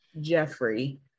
jeffrey